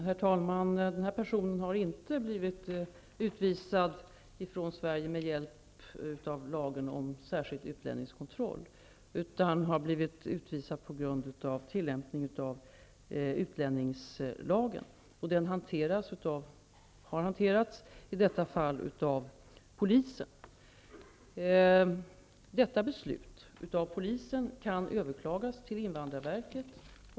Herr talman! Den här personen har inte blivit utvisad från Sverige med hjälp av lagen om särskild utlänningskontroll. Hon har blivit utvisad genom tillämpning av utlänningslagen. Den har i detta fall hanterats av polisen. Detta beslut av polisen kan överklagas till invandrarverket.